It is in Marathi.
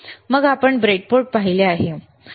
मग आपण ब्रेडबोर्ड पाहिले आहे बरोबर